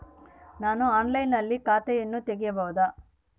ನಾನು ಆನ್ಲೈನಿನಲ್ಲಿ ಖಾತೆಯನ್ನ ತೆಗೆಯಬಹುದಾ?